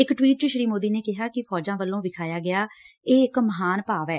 ਇਕ ਟਵੀਟ 'ਚ ਸ਼ੀ ਮੋਦੀ ਨੇ ਕਿਹਾ ਫੌਜਾਂ ਵੱਲੋ ਵਿਖਾਇਆ ਗਿਆ ਇਹ ਇਕ ਮਹਾਨ ਭਾਵ ਏ